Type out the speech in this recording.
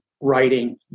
writing